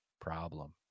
problem